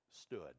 stood